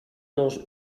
dos